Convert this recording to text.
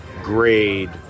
grade